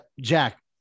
Jack